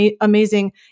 amazing